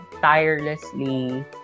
tirelessly